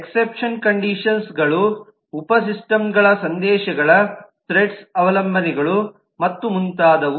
exception conditions ಗಳು ಉಪ ಸಿಸ್ಟಮ್ಗಳ ಸಂದೇಶಗಳ ತ್ರೆಡ್ಸ್ ಅವಲಂಬನೆಗಳು ಮತ್ತು ಮುಂತಾದವು